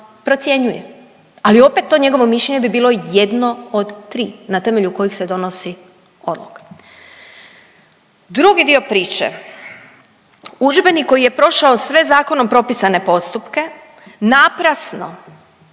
procjenjuje ali opet to njegovo mišljenje bi bilo jedno od 3 na temelju kojih se donosi odluka. Drugi dio priče, udžbenik koji je prošao sve zakonom propisane postupke, naprasno